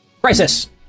Crisis